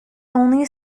only